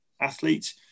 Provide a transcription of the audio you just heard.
athletes